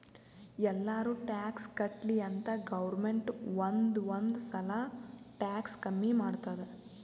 ಎಲ್ಲಾರೂ ಟ್ಯಾಕ್ಸ್ ಕಟ್ಲಿ ಅಂತ್ ಗೌರ್ಮೆಂಟ್ ಒಂದ್ ಒಂದ್ ಸಲಾ ಟ್ಯಾಕ್ಸ್ ಕಮ್ಮಿ ಮಾಡ್ತುದ್